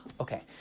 okay